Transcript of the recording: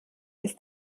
ist